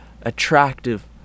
attractive